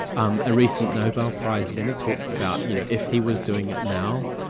um a recent nobel prize-winner talked about you know if he was doing it now,